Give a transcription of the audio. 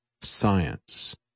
science